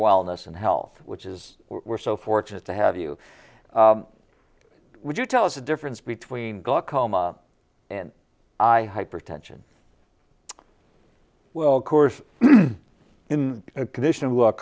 wildness and health which is we're so fortunate to have you when you tell us the difference between glaucoma and i hypertension well of course in a condition of